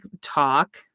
talk